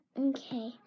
Okay